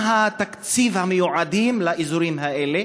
מה התקציבים המיועדים לאזורים האלה?